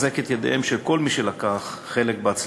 ולחזק את ידיהם של כל מי שלקחו חלק בהצלחתו.